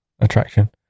attraction